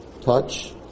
touch